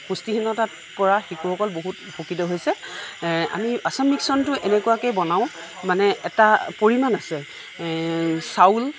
পুষ্টিহীনতাত পৰা শিশুসকল বহুত উপকৃত হৈছে এ আমি আসাম মিক্সনটো এনেকুৱাকৈ বনাওঁ মানে এটা পৰিমাণ আছে চাউল